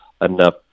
enough